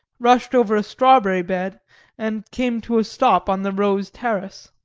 rushed over a strawberry bed and came to a stop on the rose terrace.